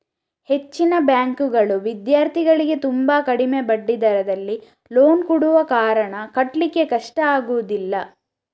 ಹೆಚ್ಚಿನ ಬ್ಯಾಂಕುಗಳು ವಿದ್ಯಾರ್ಥಿಗಳಿಗೆ ತುಂಬಾ ಕಡಿಮೆ ಬಡ್ಡಿ ದರದಲ್ಲಿ ಲೋನ್ ಕೊಡುವ ಕಾರಣ ಕಟ್ಲಿಕ್ಕೆ ಕಷ್ಟ ಆಗುದಿಲ್ಲ